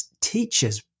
teachers